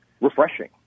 refreshing